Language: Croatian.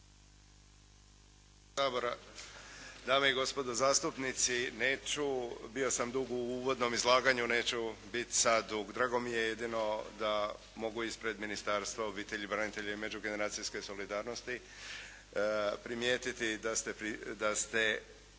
Dame i gospodo zastupnici! Neću, bio sam dug u uvodnom izlaganju. Neću bit sad. Drago mi je jedino da mogu ispred Ministarstva obitelji, branitelja i međugeneracijske solidarnosti primijetiti da ste uvidjeli